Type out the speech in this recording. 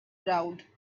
crowd